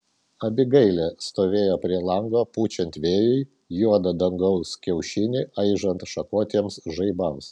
abigailė stovėjo prie lango pučiant vėjui juodą dangaus kiaušinį aižant šakotiems žaibams